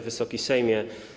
Wysoki Sejmie!